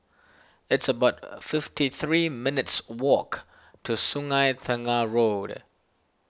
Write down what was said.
it's about a fifty three minutes' walk to Sungei Tengah Road